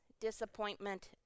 disappointment